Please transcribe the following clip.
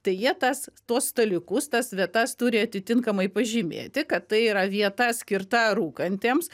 tai jie tas tuos dalykus tas vietas turi atitinkamai pažymėti kad tai yra vieta skirta rūkantiems